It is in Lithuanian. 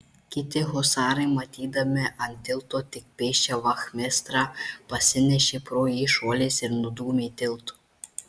kiti husarai matydami ant tilto tik pėsčią vachmistrą pasinešė pro jį šuoliais ir nudūmė tiltu